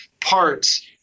parts